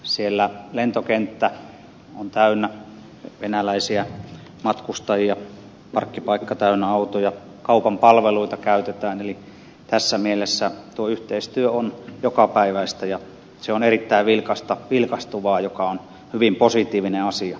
siellä lentokenttä on täynnä venäläisiä matkustajia parkkipaikka täynnä autoja kaupan palveluita käytetään eli tässä mielessä tuo yhteistyö on jokapäiväistä ja se on erittäin vilkastuvaa mikä on hyvin positiivinen asia